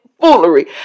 foolery